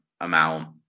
amount